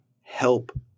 help